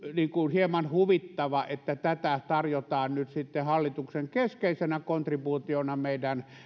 hieman huvittavaa että tätä tarjotaan nyt sitten hallituksen keskeisenä kontribuutiona meidän